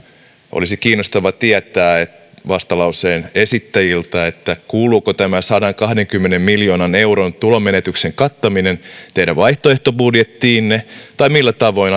olisi kiinnostavaa tietää vastalauseen esittäjiltä kuuluuko tämä sadankahdenkymmenen miljoonan euron tulonmenetyksen kattaminen teidän vaihtoehtobudjettiinne vai millä tavoin